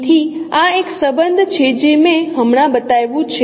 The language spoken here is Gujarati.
તેથી આ એક સંબંધ છે જે મેં હમણાં બતાવ્યું છે